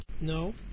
No